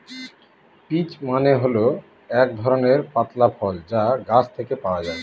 peach মানে হল এক ধরনের পাতলা ফল যা গাছ থেকে পাওয়া যায়